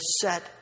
set